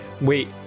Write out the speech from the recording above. Wait